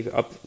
up